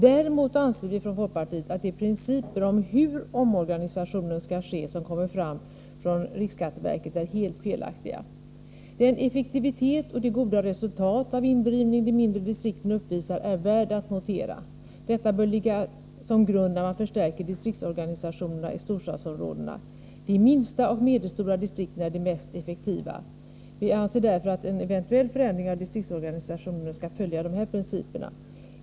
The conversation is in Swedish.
Däremot anser vi att de principer om hur omorganisationen skall ske som kommit fram från riksskatteverket är helt felaktiga. Den effektivitet och det goda resultat av indrivning de mindre distrikten uppvisar är värd att notera. Detta bör ligga som grund när man förstärker distriktsorganisationerna i storstadsområdena. De minsta och medelstora distrikten är de mest effektiva. Vi anser därför att en eventuell förändring av distriktsorganisationen skall följa dessa principer.